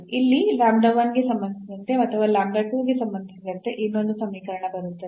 ಇಲ್ಲಿ ಗೆ ಸಂಬಂಧಿಸಿದಂತೆ ಅಥವಾ ಗೆ ಸಂಬಂಧಿಸಿದಂತೆ ಇನ್ನೊಂದು ಸಮೀಕರಣ ಬರುತ್ತದೆ